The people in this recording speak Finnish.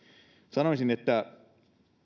sanoisin että